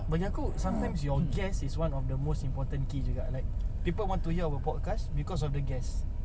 bagi aku sometimes your guest is the most important key juga like people want to hear our podcast because of our guests